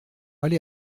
aller